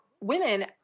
women